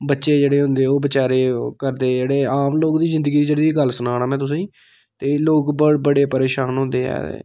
बच्चे जेह्ड़े होंदे ओह् बेचारे करदे जेह्ड़े आम लोक ते जिंदगी जेह्ड़ी गल्ल सनां ना में तुसेंगी ते लोक बड़े परेशान होंदे ऐ